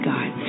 God